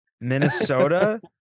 Minnesota